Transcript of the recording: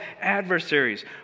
adversaries